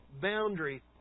boundary